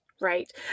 Right